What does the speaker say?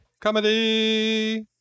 Comedy